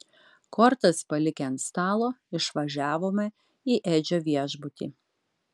kortas palikę ant stalo išvažiavome į edžio viešbutį